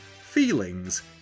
feelings